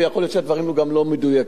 ויכול להיות שהדברים גם לא מדויקים.